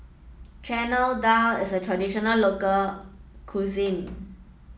Chana Dal is a traditional local cuisine